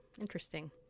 interesting